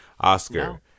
Oscar